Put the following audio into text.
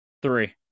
Three